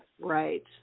Right